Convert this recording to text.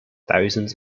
thousands